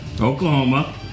Oklahoma